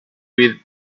with